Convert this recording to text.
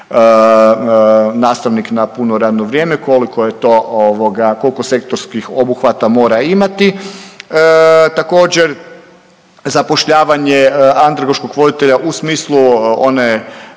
nastavnik na puno radno vrijeme, koliko je to, koliko sektorskih obuhvata mora imati. Također, zapošljavanje andragoškog voditelja u smislu one